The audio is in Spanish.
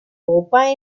copa